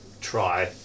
try